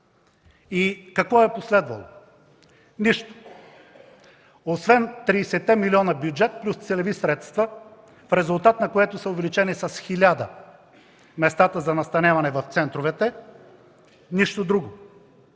и какво е последвало. Нищо! Освен 30-те милиона бюджет плюс целеви средства, в резултат на което са увеличени с 1000 местата за настаняване в центровете, нищо друго.